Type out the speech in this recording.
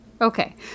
Okay